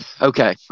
Okay